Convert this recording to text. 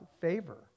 favor